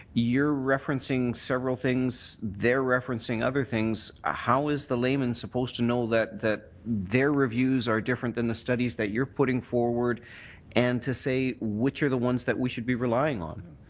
you're referencing several things, they're referencing other things. ah how is the layman supposed to know that that their reviews are different than the studies that you're putting forward and to say which are the ones that we should be relying on?